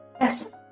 Yes